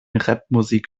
rapmusik